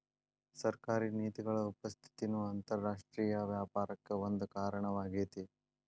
ಸರ್ಕಾರಿ ನೇತಿಗಳ ಉಪಸ್ಥಿತಿನೂ ಅಂತರರಾಷ್ಟ್ರೇಯ ವ್ಯಾಪಾರಕ್ಕ ಒಂದ ಕಾರಣವಾಗೇತಿ